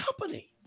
company